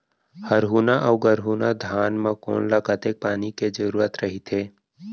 हरहुना अऊ गरहुना धान म कोन ला कतेक पानी के जरूरत रहिथे?